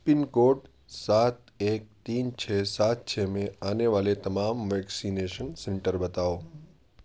پن code سات ایک تین چھ سات چھ میں آنے والے تمام ویکسینیشن سینٹر بتاؤ